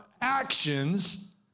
actions